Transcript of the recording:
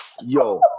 Yo